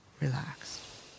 relax